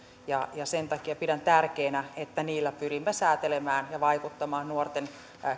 sen takia pidän tärkeänä että niillä pyrimme säätelemään nuorten